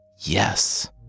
Yes